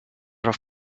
rough